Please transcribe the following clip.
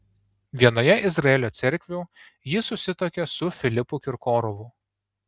vienoje izraelio cerkvių ji susituokė su filipu kirkorovu